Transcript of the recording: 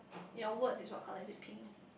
your words is what color is it pink